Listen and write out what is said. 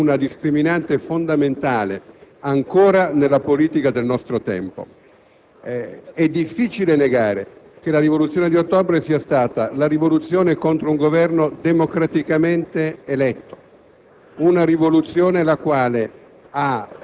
perché il giudizio sulla Rivoluzione d'ottobre è ancora una discriminante fondamentale nella politica del nostro tempo. È difficile negare che essa sia stata una rivoluzione contro un Governo democraticamente eletto,